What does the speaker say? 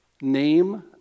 name